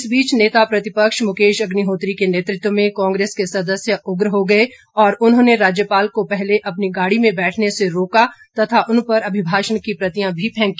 इसी बीच नेता प्रतिपक्ष मुकेश अग्निहोत्री के नेतृत्व में कांग्रेस के सदस्य उग्र हो गए और उन्होंने राज्यपाल को पहले अपनी गाड़ी में बैठने से रोका तथा उन पर अभिभाषण की प्रतियां भी फैंकी